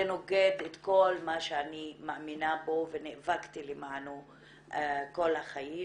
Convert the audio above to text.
זה נוגד את כל מה שאני מאמינה בו ונאבקתי למענו כל החיים,